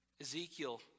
Ezekiel